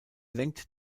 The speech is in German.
lenkt